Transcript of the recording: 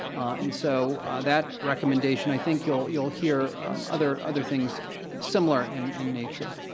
and so that recommendation i think you'll you'll hear other other things similar and in nature.